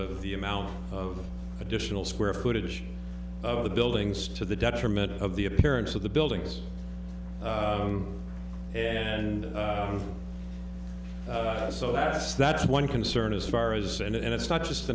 of the amount of additional square footage of the buildings to the detriment of the appearance of the buildings and so that's that's one concern as far as and it's not just